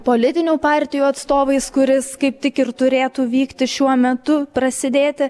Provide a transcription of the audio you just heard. politinių partijų atstovais kuris kaip tik ir turėtų vykti šiuo metu prasidėti